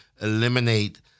eliminate